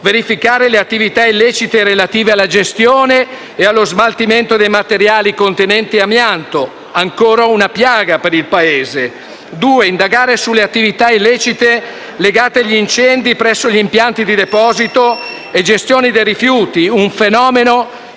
verificare le attività illecite relative alla gestione e allo smaltimento dei materiali contenenti amianto, ancora una piaga per il Paese; indagare sulle attività illecite legate agli incendi presso gli impianti di deposito e gestione dei rifiuti, un fenomeno